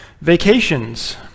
Vacations